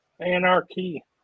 Anarchy